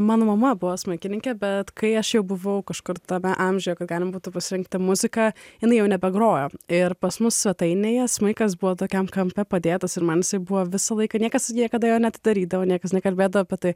mano mama buvo smuikininkė bet kai aš jau buvau kažkur tame amžiuje kad galima būtų pasirinkti muziką jinai jau nebegrojo ir pas mus svetainėje smuikas buvo tokiam kampe padėtas ir mums buvo visą laiką niekas niekada jo neatidarydavo niekas nekalbėdavo apie tai